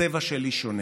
הצבע שלי שונה.